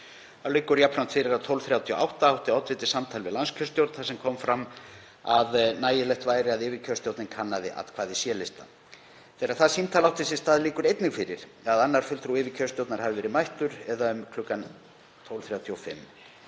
Þá liggur jafnframt fyrir að kl. 12.38 átti oddviti samtal við landskjörstjórn þar sem fram kom að nægilegt væri að yfirkjörstjórnin kannaði atkvæði C-lista. Þegar það símtal átti sér stað liggur einnig fyrir að annar fulltrúi yfirkjörstjórnar hafi verið mættur eða kl. 12.35.